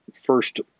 first